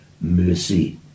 mercy